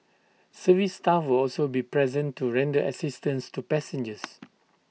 service staff will also be present to render assistance to passengers